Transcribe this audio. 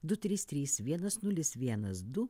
du trys trys vienas nulis vienas du